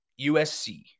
USC